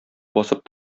басып